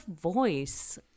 voice